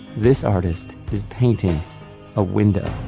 this artist is painting a window.